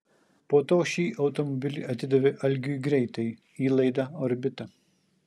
po to šį automobilį atidavė algiui greitai į laidą orbita